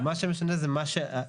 מה שמשנה זה מה שהיה